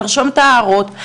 נרשום את ההערות,